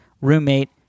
roommate